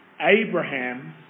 Abraham